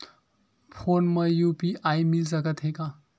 Phone मा UPI मिल सकत हे का?